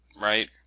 right